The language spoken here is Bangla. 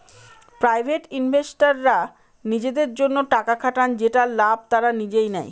প্রাইভেট ইনভেস্টররা নিজেদের জন্য টাকা খাটান যেটার লাভ তারা নিজেই নেয়